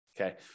okay